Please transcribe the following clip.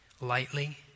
lightly